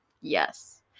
Yes